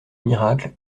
miracle